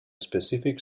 specific